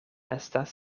estas